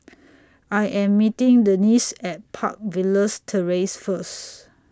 I Am meeting Dennis At Park Villas Terrace First